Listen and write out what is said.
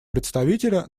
представителя